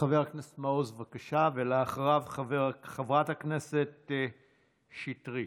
חבר הכנסת מעוז, בבקשה, ואחריו, חברת הכנסת שטרית.